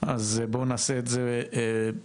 אז בואו נעשה את זה בזריזות.